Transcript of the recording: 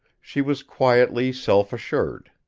she was quietly self-assured.